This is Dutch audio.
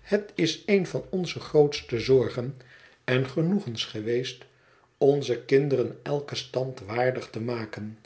het is een van onze grootste zorgen en genoegens geweest onze kinderen eiken stand waardig te maken